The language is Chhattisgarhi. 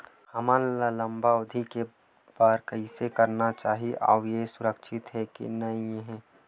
हमन ला लंबा अवधि के बर कइसे करना चाही अउ ये हा सुरक्षित हे के नई हे?